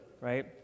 right